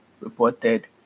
reported